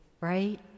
right